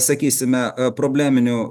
sakysime probleminių